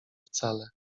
wcale